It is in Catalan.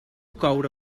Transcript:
coure